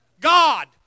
God